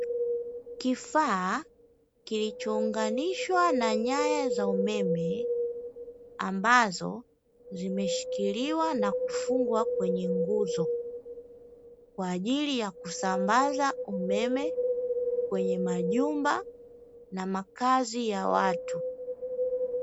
Kifaa kilichounganishwa na nyaya za umeme, ambazo zimeshikiliwa na kufungwa kwenye nguzo kwa ajili ya kusambaza umeme kwenye majumba na makazi ya watu.